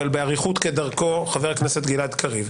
אבל באריכות כדרכו חבר הכנסת גלעד קריב,